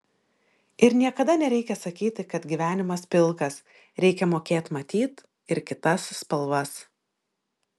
ir niekada nereikia sakyti kad gyvenimas pilkas reikia mokėt matyt ir kitas spalvas